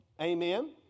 Amen